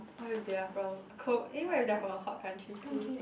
what if they are from a cold eh they are from hot country too